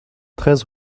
treize